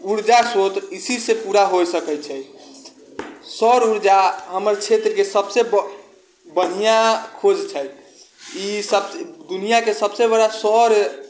ऊर्जा स्रोत एहिसँ पूरा हो सकै छै सौर ऊर्जा हमर क्षेत्रके सबसँ बढ़िआँ खोज छै ईसब दुनियाके सबसँ बड़ा सौर